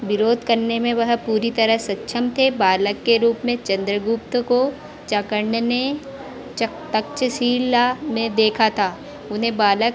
विरोध करने में वह पूरी तरह सक्षम थे बालक के रूप में चन्द्रगुप्त को चाणक्य ने तक्षशिला में देखा था उन्हें बालक